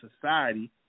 society